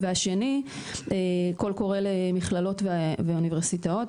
והשני, קול קורא למכללות ואוניברסיטאות.